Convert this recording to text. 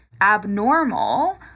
abnormal